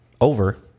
over